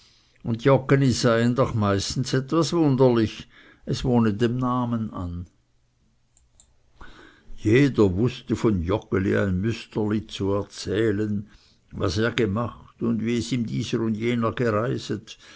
doch füra etwas wunderlich es wohne dem namen an jeder wußte von joggeli ein müsterli zu erzählen was er gemacht und wie es ihm dieser und jener gereiset